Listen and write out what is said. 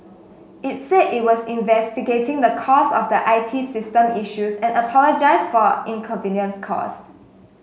it said it was investigating the cause of the I T system issues and apologised for inconvenience caused